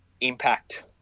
impact